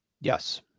Yes